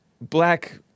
black